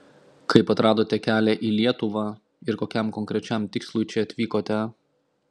kaip atradote kelią į lietuvą ir kokiam konkrečiam tikslui čia atvykote